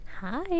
Hi